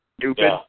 stupid